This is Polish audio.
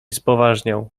spoważniał